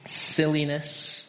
silliness